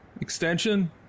extension